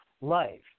life